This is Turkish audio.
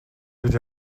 bir